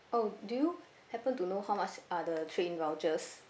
oh do you happen to know how much are the trade in vouchers